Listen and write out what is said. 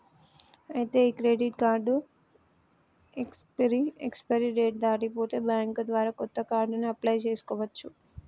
ఐతే ఈ credit card expiry date దాటి పోతే బ్యాంక్ ద్వారా కొత్త కార్డుని అప్లయ్ చేసుకోవచ్చు